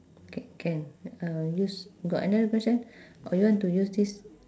okay can uh use got another question or you want to use this